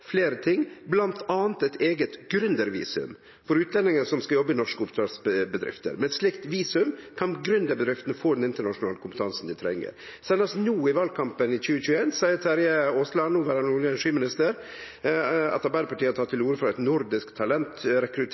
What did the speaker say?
flere ting, blant annet et eget gründervisum for utlendinger som skal jobbe i norske oppstartsbedrifter […] Med et slikt visum kan gründerbedriftene få den internasjonale kompetansen de trenger […]» Seinast no i valkampen i 2021 seier Terje Aasland, noverande olje- og energiminister at Arbeidarpartiet har teke til orde for eit nordisk